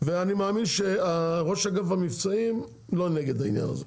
אני מאמין שראש אגף המבצעים לא נגד העניין הזה.